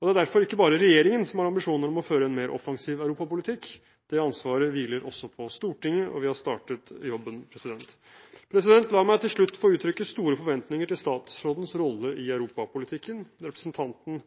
og det er derfor ikke bare regjeringen som har ambisjoner om å føre en mer offensiv europapolitikk. Det ansvaret hviler også på Stortinget, og vi har startet jobben. La meg til slutt få uttrykke store forventninger til statsrådens rolle i europapolitikken. Representanten